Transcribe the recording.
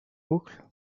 boucle